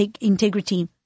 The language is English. integrity